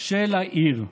של העיר.